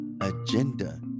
Agenda